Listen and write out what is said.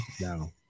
No